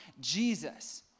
Jesus